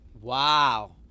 Wow